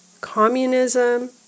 communism